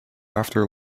after